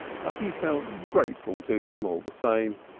but he felt grateful to him all the same.